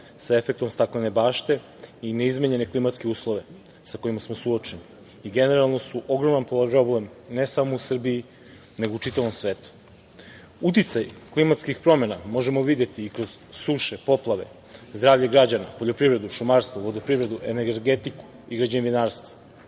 sa efektom staklene bašte i neizmenjene klimatske uslove sa kojima smo suočeni i generalno su ogroman problem, ne samo u Srbiji nego u čitavom svetu. Uticaj klimatskih promena možemo videti i kroz suše, poplave, zdravlje građana, poljoprivredu, šumarstvo, vodoprivredu, energetiku i građevinarstvo.